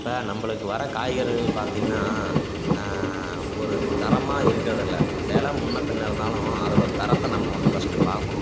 இப்போ நம்பளுக்கு வர காய்கறிகள் பார்த்திங்கன்னா ஒரு தரமாக இருக்குறதுல்லை வெலை முன்னே பின்னே இருந்தாலும் அதோடய தரத்தை நம்ம வந்து ஃபஸ்ட்டு பார்க்கணும்